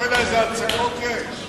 אתה יודע איזה הצקות יש?